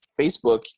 Facebook